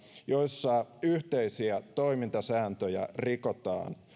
joissa yhteisiä toimintasääntöjä rikotaan